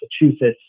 Massachusetts